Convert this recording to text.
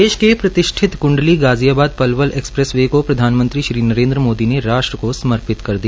देश के प्रतिष्ठित कुंडली गाजियाबाद पलवल एक्सप्रेस वे को प्रधानमंत्री श्री नरेन्द्र मोदी ने राष्ट्र को समर्पित कर दिया